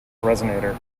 resonator